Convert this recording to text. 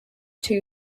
two